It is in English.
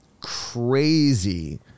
crazy